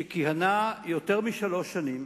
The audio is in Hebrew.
שכיהנה יותר משלוש שנים,